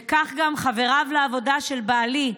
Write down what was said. וכך גם חבריו לעבודה של בעלי,